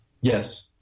Yes